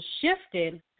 shifted